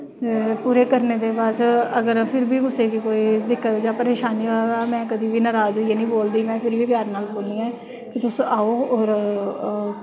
ते पूरे करने दे बाद च बी कुसै गी अगर कोई दिक्कत जां परेशानी होऐ में नराज होइयै निं बोलनी में फिर बी प्यार नाल बोलनी ऐं तुस आओ और